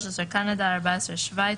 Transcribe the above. קנדה, שוויץ,